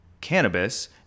cannabis